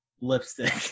lipstick